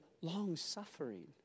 long-suffering